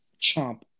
chomp